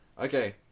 Okay